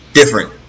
different